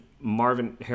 Marvin